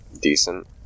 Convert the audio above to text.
decent